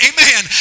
Amen